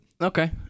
okay